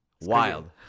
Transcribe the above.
Wild